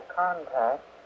contact